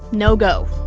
no go.